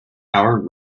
our